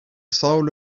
soul